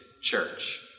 church